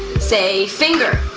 say, finger.